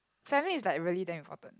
family is like really damn important